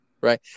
Right